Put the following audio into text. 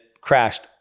crashed